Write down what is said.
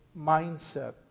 mindset